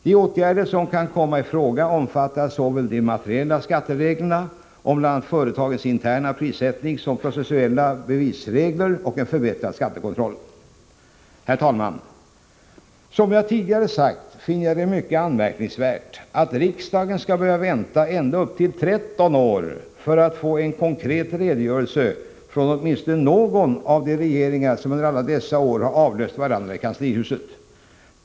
De åtgärder som kan komma i fråga omfattar såväl de materiella skattereglerna om bl.a. företagens interna prissättning som processuella bevisregler och förbättrad skattekontroll. Herr talman! Som jag tidigare sagt finner jag det mycket anmärkningsvärt att riksdagen skall behöva vänta ända upp till 13 år för att få en konkret redogörelse från åtminstone någon av de regeringar som under alla dessa år har avlöst varandra i kanslihuset.